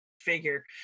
figure